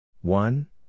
One